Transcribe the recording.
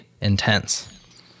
intense